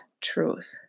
truth